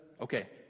Okay